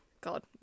God